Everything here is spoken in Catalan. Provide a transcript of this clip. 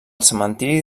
cementiri